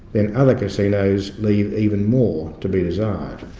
then other casinos leave even more to be desired.